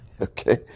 okay